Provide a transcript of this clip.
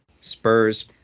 Spurs